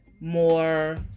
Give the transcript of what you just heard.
more